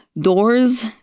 doors